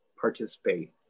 participate